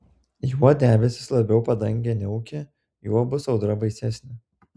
juo debesys labiau padangę niaukia juo bus audra baisesnė